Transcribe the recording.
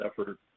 effort